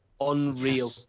Unreal